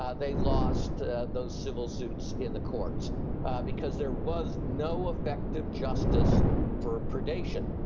ah they lost those civil suits in the courts because there was no effective justice for predation.